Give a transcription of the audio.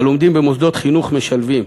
הלומדים במוסדות חינוך משלבים.